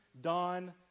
dawn